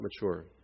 mature